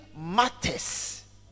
matters